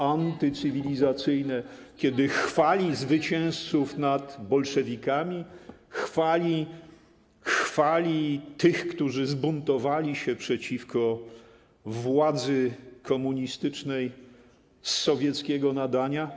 antycywilizacyjne, chwali zwycięzców nad bolszewikami, chwali tych, którzy zbuntowali się przeciwko władzy komunistycznej z sowieckiego nadania.